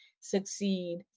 succeed